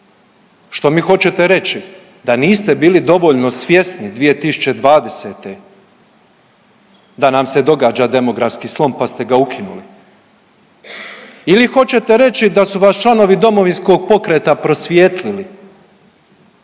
što mi hoćete reći? Da niste bili dovoljno svjesni 2020. da nam se događa demografski slom pa ste ga ukinuli? Ili hoćete reći da su vas članovi Domovinskog pokreta prosvijetlili